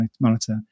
monitor